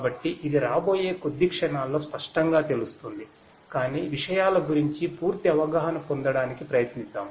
కాబట్టి ఇది రాబోయే కొద్ది క్షణాల్లో స్పష్టంగా తెలుస్తుంది కాని విషయాల గురించి పూర్తి అవగాహన పొందడానికి ప్రయత్నిద్దాం